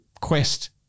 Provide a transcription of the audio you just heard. quest